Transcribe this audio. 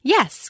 Yes